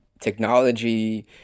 technology